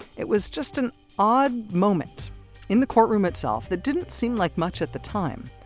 it was just an odd moment in the courtroom itself that didn't seem like much at the time,